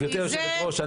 גברתי יושבת הראש,